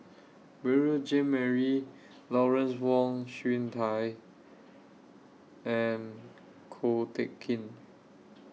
Beurel Jean Marie Lawrence Wong Shyun Tsai and Ko Teck Kin